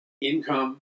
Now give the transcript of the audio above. income